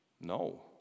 No